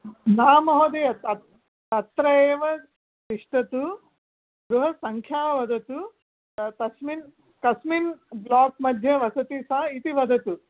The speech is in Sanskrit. न महोदय तत् तत्र एव तिष्ठतु गृहसंख्या वदतु तस्मिन् कस्मिन् ब्लाक् मध्ये वसति सा इति वदतु